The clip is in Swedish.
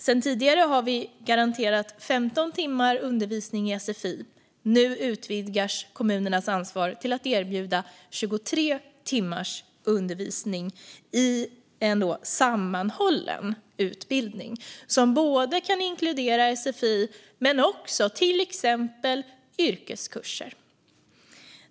Sedan tidigare har vi garanterat 15 timmar undervisning i sfi, och nu utvidgas kommunernas ansvar till att erbjuda 23 timmars undervisning i en sammanhållen utbildning som kan inkludera sfi och till exempel yrkeskurser.